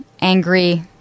angry